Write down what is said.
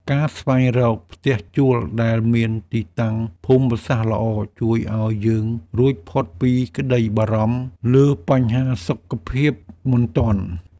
ការស្វែងរកផ្ទះជួលដែលមានទីតាំងភូមិសាស្ត្រល្អជួយឱ្យយើងរួចផុតពីក្តីបារម្ភលើបញ្ហាសុខភាពបន្ទាន់។